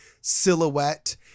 silhouette